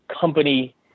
company